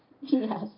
Yes